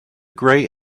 grey